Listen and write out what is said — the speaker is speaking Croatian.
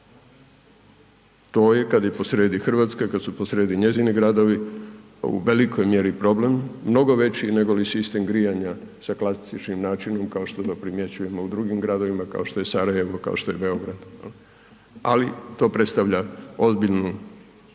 To je, kad je posrijedi Hrvatska i kad su posrijedi njezini gradovi, u velikoj mjeri problem, mnogo veći nego li sistem grijanja sa klasičnim načinima, kao što to primjećujemo u drugim gradovima, kao što je Sarajevo, kao što je Beograd, je li? Ali, to predstavlja ozbiljan